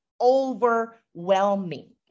overwhelming